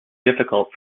difficult